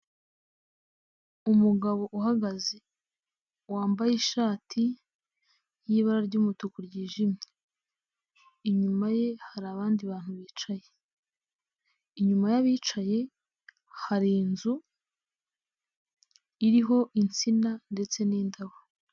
Umugabo uhagaze wambaye ishati y'ibara ry'umutuku ryijimye, inyuma ye hari abandi bantu bicaye, inyuma y'abicaye hari inzu iriho insina ndetse n'indabo.